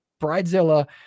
Bridezilla